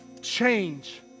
change